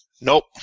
Nope